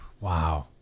Wow